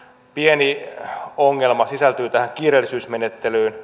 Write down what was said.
pieni ongelma sisältyy tähän kiireellisyysmenettelyyn